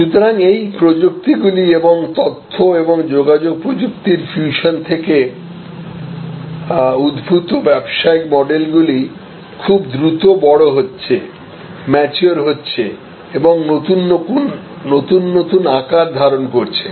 সুতরাং এই প্রযুক্তিগুলি এবং তথ্য এবং যোগাযোগ প্রযুক্তির ফিউশন থেকে উদ্ভূত ব্যবসায়িক মডেলগুলি খুব দ্রুত বড় হচ্ছে ম্যাচিওর হচ্ছে এবং নতুন নতুন আকার ধারণ করছে